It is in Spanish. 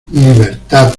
libertad